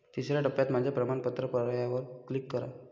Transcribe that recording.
तिसर्या टप्प्यात माझ्या प्रमाणपत्र पर्यायावर क्लिक करा